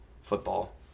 football